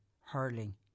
hurling